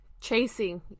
Chasing